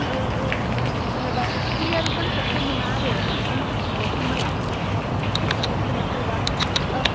जेनोबा क्लियार कनसेफ्टखौ मोना आरो नोङो एमसिकिउल' खालामबोला सोरबा सोरबा